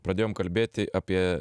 pradėjom kalbėti apie